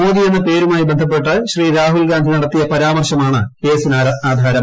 മോദിയെന്ന പേരുമായി ബന്ധപ്പെട്ട് ശ്രീ രാഹുൽഗാന്ധി നടത്തിയ പരാമർശമാണ് കേസിനാധാരം